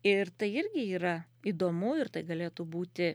ir tai irgi yra įdomu ir tai galėtų būti